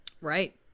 Right